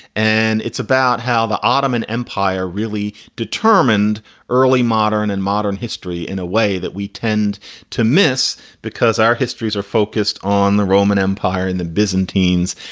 and it's about how the ottoman empire really determined early, modern and modern history in a way that we tend to miss because our histories are focused on the roman empire in the business, teens,